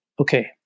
okay